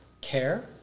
care